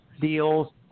deals